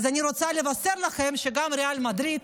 אז אני רוצה לבשר לכם שגם ריאל מדריד